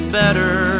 better